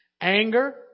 anger